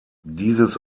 dieses